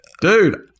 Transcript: Dude